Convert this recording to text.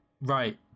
Right